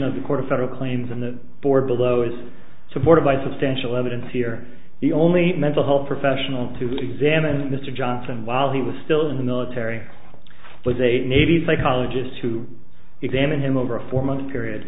of federal claims and the board below is supported by substantial evidence here the only mental health professional to examine mr johnson while he was still in the military was a navy psychologist who examined him over a four month period